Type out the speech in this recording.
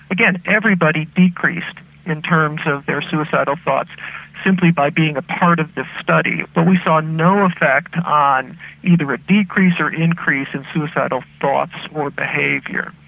again, everybody decreased in terms of their suicidal thoughts simply by being a part of the study. but we saw no effect on either a decrease or increase in suicidal thoughts or behaviour.